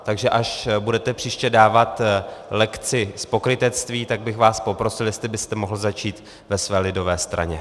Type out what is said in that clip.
Takže až budete příště dávat lekci z pokrytectví, tak bych vás poprosil, jestli byste mohl začít ve své lidové straně.